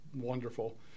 wonderful